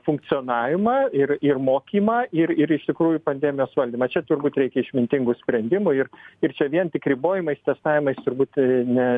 funkcionavimą ir ir mokymą ir ir iš tikrųjų pandemijos valdymą čia turbūt reikia išmintingų sprendimų ir ir čia vien tik ribojimais testavimais turbūt ne